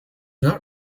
not